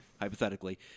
hypothetically